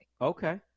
Okay